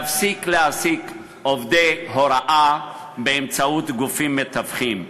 להפסיק את ההעסקה של עובדי הוראה באמצעות גופים מתווכים,